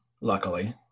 luckily